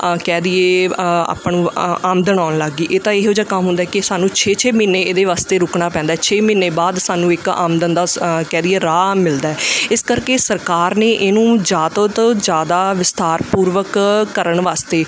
ਆ ਕਹਿ ਦੇਈਏ ਆਪਾਂ ਨੂੰ ਆਮਦਨ ਆਉਣ ਲੱਗ ਗਈ ਇਹ ਤਾਂ ਇਹੋ ਜਿਹਾ ਕੰਮ ਹੁੰਦਾ ਕਿ ਸਾਨੂੰ ਛੇ ਛੇ ਮਹੀਨੇ ਇਹਦੇ ਵਾਸਤੇ ਰੁਕਣਾ ਪੈਂਦਾ ਛੇ ਮਹੀਨੇ ਬਾਅਦ ਸਾਨੂੰ ਇੱਕ ਆਮਦਨ ਦਾ ਸ ਕਹਿ ਦੇਈਏ ਰਾਹ ਮਿਲਦਾ ਇਸ ਕਰਕੇ ਸਰਕਾਰ ਨੇ ਇਹਨੂੰ ਜਾਤੋਂ ਤੋਂ ਜ਼ਿਆਦਾ ਵਿਸਥਾਰ ਪੂਰਵਕ ਕਰਨ ਵਾਸਤੇ